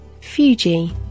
Fuji